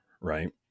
right